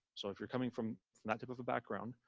so if you're coming from not typical background,